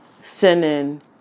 sending